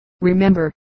Remember